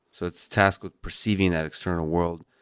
so its task with perceiving that external world